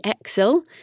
excel